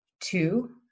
Two